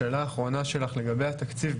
השאלה האחרונה שלך לגבי התקציב,